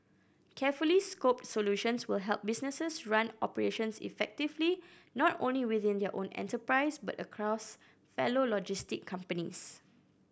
carefully scoped solutions will help businesses run operations effectively not only within their own enterprise but across fellow logistic companies